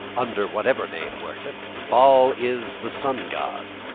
under whatever name worshiped, baal is the sun-god.